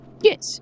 Yes